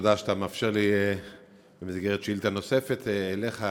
תודה שאתה מאפשר לי במסגרת שאלה נוספת אליך,